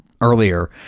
earlier